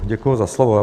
Děkuji za slovo.